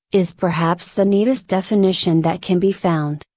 is perhaps the neatest definition that can be found,